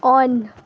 on